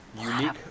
unique